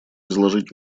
изложить